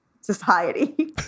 society